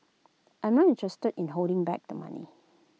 I'm not interested in holding back the money